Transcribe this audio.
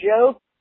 joke